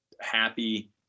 happy